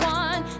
one